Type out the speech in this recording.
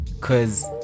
Cause